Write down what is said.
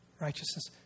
righteousness